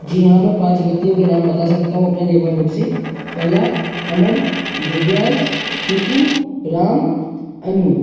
जी हाँ मैं पाँच व्यक्तियों के नाम बता सकता हूँ अपने नेबरहूड से पहला अमन दिव्यांश चीकू राम अन्नू